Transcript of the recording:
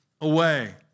away